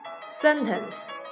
sentence